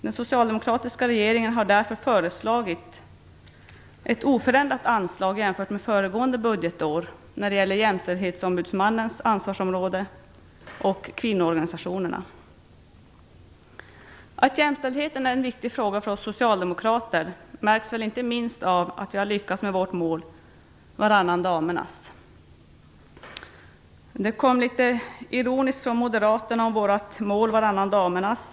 Den socialdemokratiska regeringen har därför föreslagit ett oförändrat anslag jämfört med föregående budgetår när det gäller jämställdhetsombudsmannens ansvarsområde och kvinnoorganisationerna. Att jämställdheten är en viktig fråga för oss socialdemokrater märks väl inte minst av att vi har lyckats med vårt mål varannan damernas. Moderaterna var litet ironiska över vårt mål varannan damernas.